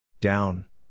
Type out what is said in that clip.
Down